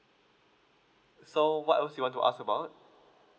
so what else you want to ask about